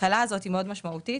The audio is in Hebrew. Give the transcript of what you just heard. מאוד משמעותית.